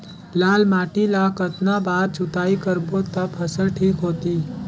लाल माटी ला कतना बार जुताई करबो ता फसल ठीक होती?